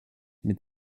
mit